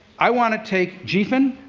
i want to take gphin,